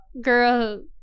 girl